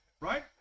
right